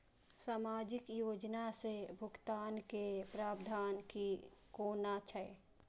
सामाजिक योजना से भुगतान के प्रावधान की कोना छै?